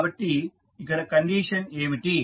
కాబట్టి ఇక్కడ కండిషన్ ఏమిటి